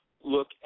look